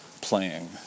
playing